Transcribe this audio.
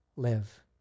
live